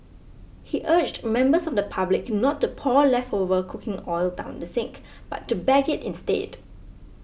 he urged members of the public not to pour leftover cooking oil down the sink but to bag it instead